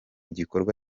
gikorwa